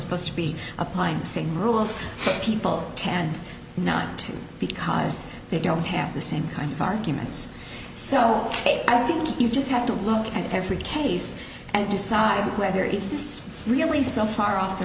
supposed to be applying the same rules people tend not to because they don't have the same kind of arguments so i think you just have to look at every case and decide whether it's really so far off the